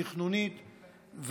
תכנונית,